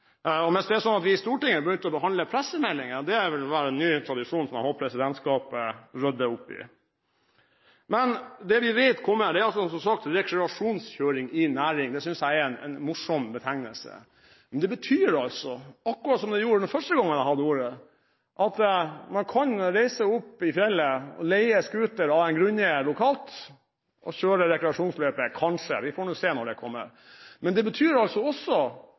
salen. Hvis det er sånn at vi i Stortinget har begynt å behandle pressemeldinger, vil det være en ny tradisjon som jeg håper presidentskapet rydder opp i. Det vi vet kommer, er som sagt rekreasjonskjøring i næring. Det synes jeg er en morsom betegnelse. Det betyr, akkurat som det gjorde den første gangen jeg hadde ordet, at man kan reise opp i fjellet og leie scooter av en grunneier lokalt, og så kjøre rekreasjonsløyper – kanskje, vi får se når dette kommer. Men det betyr også